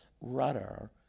rudder